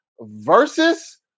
Versus